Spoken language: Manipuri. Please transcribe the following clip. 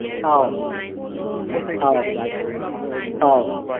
ꯑꯧ ꯑꯧ ꯑꯧ